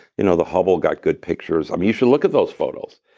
you know the hubble got good pictures. um you should look at those photos.